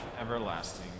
everlasting